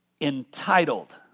entitled